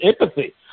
empathy